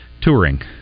Touring